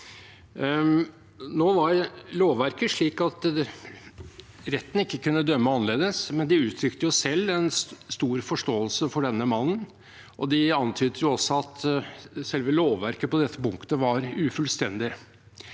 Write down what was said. Nå var lovverket slik at retten ikke kunne dømme annerledes, men de uttrykte selv stor forståelse for denne mannen, og de antydet også at selve lovverket på dette punktet var ufullstendig.